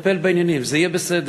אטפל בעניינים, זה יהיה בסדר.